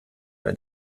bei